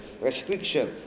restriction